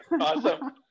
Awesome